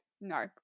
no